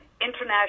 international